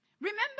Remember